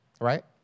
right